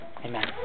Amen